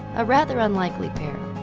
a rather unlikely pair.